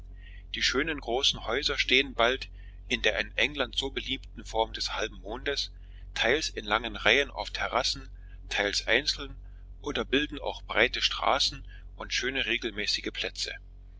die schönen großen häuser stehen bald in der in england so beliebten form des halben mondes teils in langen reihen auf terrassen teils einzeln oder bilden auch breite straßen und schöne regelmäßige plätze